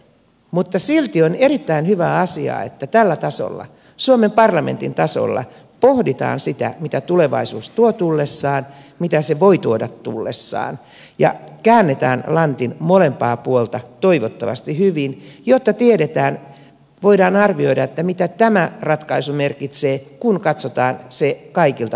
mutta silti on erittäin hyvä asia että tällä tasolla suomen parlamentin tasolla pohditaan sitä mitä tulevaisuus tuo tullessaan mitä se voi tuoda tullessaan ja käännetään lantin molempaa puolta toivottavasti hyvin jotta voidaan arvioida mitä tämä ratkaisu merkitsee kun katsotaan se kaikilta puolilta